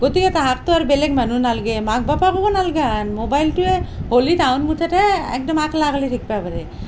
গতিকে তাহাঁতৰ বেলেগ মানুহ নালগে মাক বাপেককো নালগা হান ম'বাইলটোৱে হলি তাহুন মুঠতে একদম আকলা আকলি থাকবা পাৰে